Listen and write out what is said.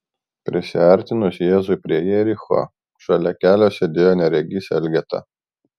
prisiartinus jėzui prie jericho šalia kelio sėdėjo neregys elgeta